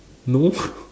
no